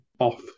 off